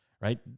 right